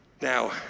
Now